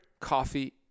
coffee